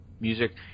music